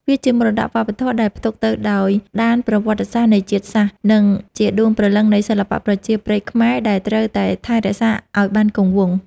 វាជាមរតកវប្បធម៌ដែលផ្ទុកទៅដោយដានប្រវត្តិសាស្ត្រនៃជាតិសាសន៍ និងជាដួងព្រលឹងនៃសិល្បៈប្រជាប្រិយខ្មែរដែលត្រូវតែថែរក្សាឱ្យបានគង់វង្ស។